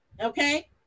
okay